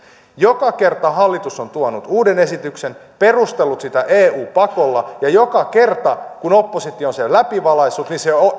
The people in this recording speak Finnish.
joka kerta hallitus on tuonut uuden esityksen ja perustellut sitä eu pakolla ja joka kerta kun oppositio on sen läpivalaissut